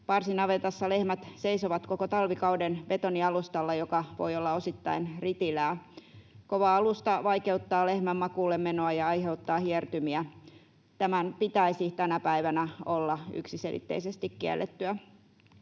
Parsinavetassa lehmät seisovat koko talvikauden betonialustalla, joka voi olla osittain ritilää. Kova alusta vaikeuttaa lehmän makuulle menoa ja aiheuttaa hiertymiä. Tämän pitäisi tänä päivänä olla yksiselitteisesti kiellettyä.